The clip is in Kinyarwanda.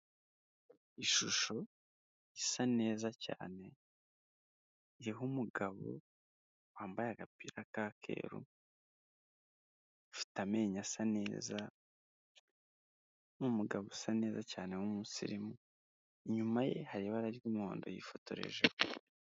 Ishusho isa neza cyane, iriho umugabo wambaye agapira ka keru, ufite amenyo asa neza, ni umugabo usa neza cyane w'umusirimu, inyuma ye hari ibara ry'umuhondo yifotorejeho.